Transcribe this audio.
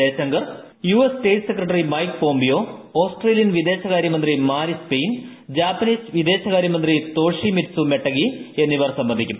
Jaishankar US state secretary Mike Pompeo Australian വിദേശകാരൃ മന്ത്രി Marise Payne Japanese വിദേശ്കാർ്യ മന്ത്രി തോഷി മിറ്റ്സു മൊ ട്ടെഗി എന്നിവർ സംബന്ധിക്കും